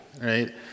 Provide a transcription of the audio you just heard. Right